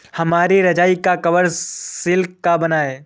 हमारी रजाई का कवर सिल्क का बना है